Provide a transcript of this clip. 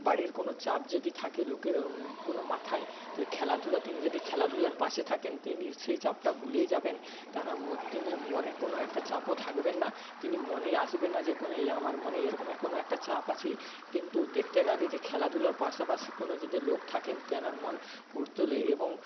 বাড়ির কোন চাপ যদি থাকে লোকের কোন মাথায় তো খেলাধুলা তিনি যদি খেলাধুলার পাশে থাকেন তিনি সেই চাপটা ভুলেই যাবেন তানা মনে তিনি মনে কোন একটা চাপও থাকবেন না তিনি মনেই আসবে না যে কোন এ আমার মনে এইরকমের কোন একটা চাপ আছে কিন্তু দেখতে গেলে যে খেলাধুলার পাশাপাশি কোন যদি লোক থাকেন তেনার মন ফুরতল এবং